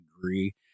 agree